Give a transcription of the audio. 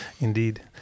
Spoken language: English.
indeed